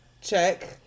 Check